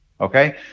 Okay